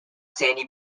sandy